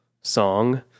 song